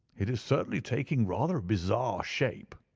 it is certainly taking rather a bizarre shape.